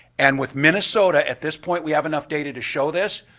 and with minnesota at this point, we have enough data to show this,